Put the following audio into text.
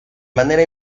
manera